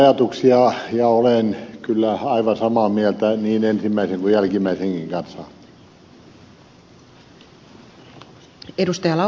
pihlajaniemen ajatuksia ja olen kyllä aivan samaa mieltä niin ensimmäisestä kuin jälkimmäisestäkin